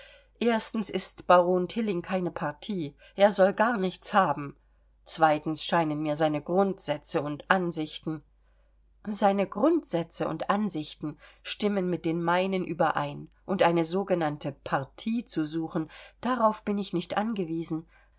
erstens ist baron tilling keine partie er soll gar nichts haben zweitens scheinen mir seine grundsätze und ansichten seine grundsätze und ansichten stimmen mit den meinen überein und eine sogenannte partie zu suchen darauf bin ich nicht angewiesen